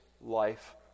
life